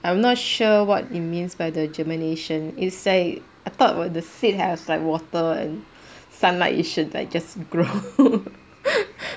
I'm not sure what it means by the germination is like I thought when the seed has like water and sunlight it should like just grow